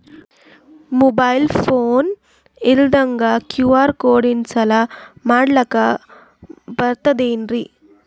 Mobile phone ಇಲ್ದಂಗ QR code install ಮಾಡ್ಲಕ ಬರ್ತದೇನ್ರಿ?